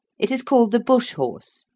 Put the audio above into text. it is called the bush-horse,